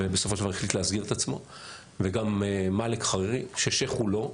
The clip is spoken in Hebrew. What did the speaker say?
ובסופו של דבר החליט להסגיר את עצמו וגם מאלק חרירי ששייח' הוא לא,